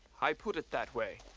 i put it that way.